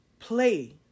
Play